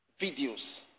videos